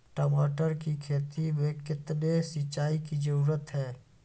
टमाटर की खेती मे कितने सिंचाई की जरूरत हैं?